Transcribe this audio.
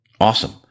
Awesome